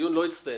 הדיון לא הסתיים,